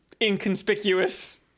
inconspicuous